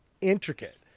intricate